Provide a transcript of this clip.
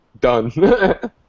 done